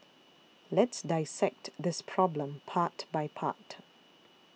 let's dissect this problem part by part